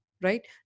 right